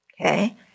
Okay